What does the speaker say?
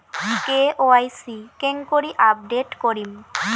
KYC কেঙ্গকরি update করিম?